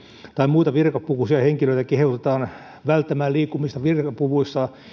tai muita virkapukuisia henkilöitä kehotetaan välttämään liikkumista virkapuvuissa